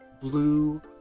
blue